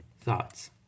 thoughts